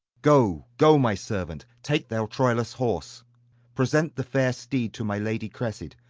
go, go, my servant, take thou troilus' horse present the fair steed to my lady cressid.